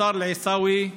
אנתסאר אל-עיסאווי ברמלה.